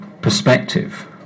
perspective